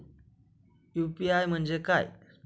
UPI म्हणजे काय?